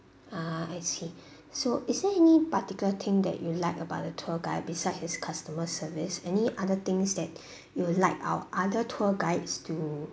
ah I see so is there any particular thing that you like about the tour guide beside his customer service any other things that you would like our other tour guides to